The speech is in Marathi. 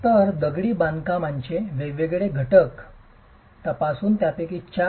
तर दगडी बांधकामांचे वेगवेगळे घटक तपासून त्यापैकी चार